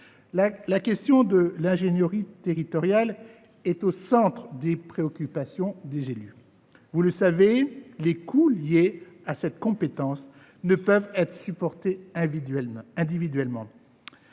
La question de l’ingénierie territoriale est au centre des préoccupations des élus. Vous le savez, les coûts liés à cette compétence ne peuvent pas être supportés individuellement.